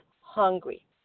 hungry